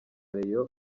rayon